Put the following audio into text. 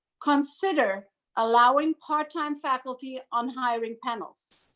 consider allowing part-time faculty on hiring panels.